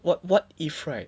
what what if right